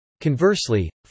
Conversely